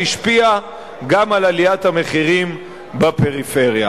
שהשפיעה גם על עליית המחירים בפריפריה.